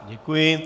Děkuji.